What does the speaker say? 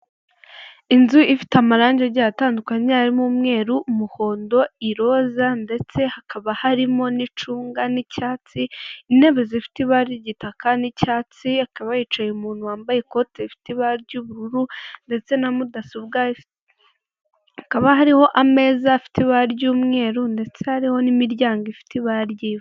Inzu ifite amarandege atandukanye harimo umweru, umuhondo, iroza ndetse hakaba harimo n'icunga n'icyatsi. Intebe zifite ibara ry'igitaka n'icyatsi akaba yicaye umuntu wambaye ikote rifite ibara ry'ubururu ndetse na mudasobwa hakaba hariho ameza afite ibara ry'umweru ndetse hariho n'imiryango ifite ibara ry'ivu.